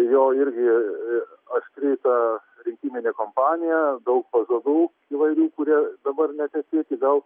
jo irgi aštri ta rinkiminė kampanija daug pažadų įvairių kurie dabar netęsėti gal